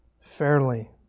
Fairly